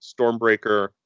Stormbreaker